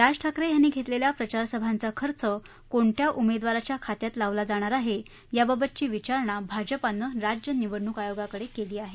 राज ठाकरे यांनी घेतलेल्या प्रचारसभांचा खर्च कोणत्या उमेदवाराच्या खात्यात लावला जाणार याबाबतची विचारणा भाजपानं राज्य निवडणूक आयोगाकडं केली आहे